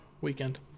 weekend